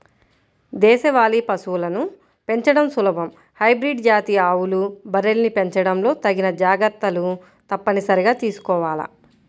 దేశవాళీ పశువులను పెంచడం సులభం, హైబ్రిడ్ జాతి ఆవులు, బర్రెల్ని పెంచడంలో తగిన జాగర్తలు తప్పనిసరిగా తీసుకోవాల